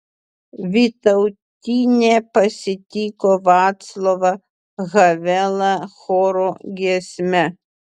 vytautinė pasitiko vaclavą havelą choro giesme